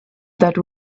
that